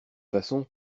façon